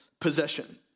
possession